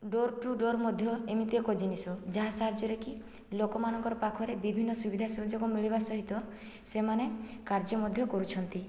door to door ମଧ୍ୟ ଏମିତି ଏକ ଜିନିଷ ଯାହା ସାହାଯ୍ୟରେ କି ଲୋକମାନଙ୍କର ପାଖରେ ବିଭିନ୍ନ ସୁବିଧା ସୁଯୋଗ ମିଳିବା ସହିତ ସେମାନେ କାର୍ଯ୍ୟ ମଧ୍ୟ କରୁଛନ୍ତି